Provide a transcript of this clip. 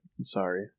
sorry